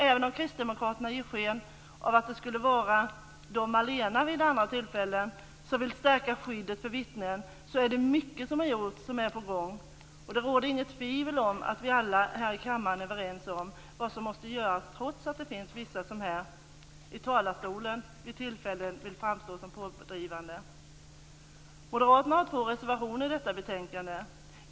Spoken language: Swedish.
Även om Kristdemokraterna försöker ge sken av att det är endast de allena som vill stärka skyddet för vittnen, har mycket gjorts och mycket är på gång. Det råder inget tvivel om att vi alla i kammaren är överens om vad som måste göras, trots att vissa vill framstå som pådrivande i talarstolen. Moderaterna har fogat två reservationer till betänkandet.